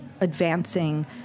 advancing